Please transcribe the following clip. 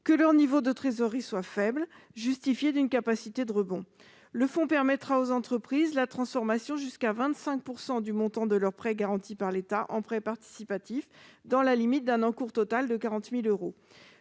faible niveau de trésorerie ; justifier d'une capacité de rebond. Le fonds permettrait aux entreprises de transformer jusqu'à 25 % du montant de leur prêt garanti par l'État en prêt participatif, dans la limite d'un encours total de 40 000 euros.